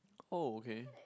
okay